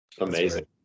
Amazing